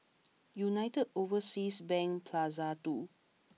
United Overseas Bank Plaza Two